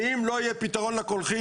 ואם לא יהיה פתרון בקולחין,